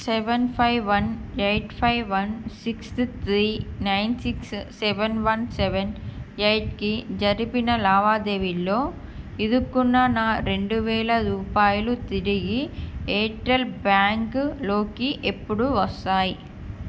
seven five one eight five one six three nine six seven one seven ఎయిట్కి జరిపిన లావాదేవీలో ఇరుక్కున్న నా రెండు వేల రూపాయలు తిరిగి ఎయిర్టెల్ బ్యాంక్లోకి ఎప్పుడు వస్తాయి